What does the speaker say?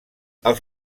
als